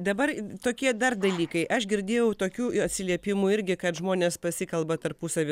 dabar tokie dar dalykai aš girdėjau tokių atsiliepimų irgi kad žmonės pasikalba tarpusavy